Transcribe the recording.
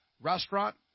restaurant